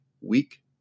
week